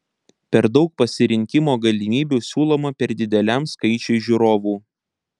per daug pasirinkimo galimybių siūloma per dideliam skaičiui žiūrovų